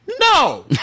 No